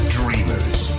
dreamers